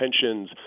pensions